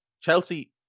Chelsea